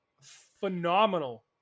Phenomenal